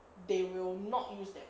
they will not use that